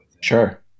Sure